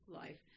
life